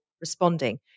responding